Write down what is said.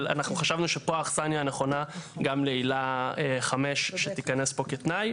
אבל אנחנו חשבנו שפה האכסניה הנכונה גם לעילה 5 שתיכנס פה כתנאי.